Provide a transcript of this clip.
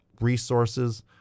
resources